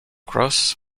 cross